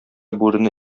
бүрене